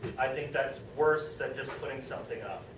i think that is worse then just putting something up.